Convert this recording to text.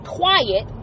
quiet